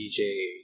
DJ